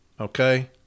Okay